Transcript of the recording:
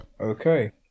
Okay